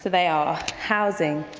they are, housing,